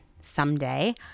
someday